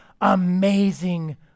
amazing